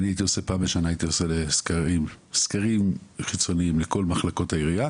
אני הייתי עושה פעם בשנה סקרים חיצוניים לכל מחלקות העירייה